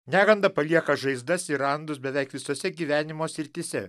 neganda palieka žaizdas ir randus beveik visose gyvenimo srityse